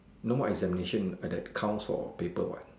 no more examination that counts for paper what